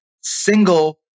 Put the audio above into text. single